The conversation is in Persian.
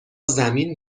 زمین